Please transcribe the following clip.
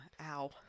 Ow